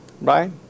Right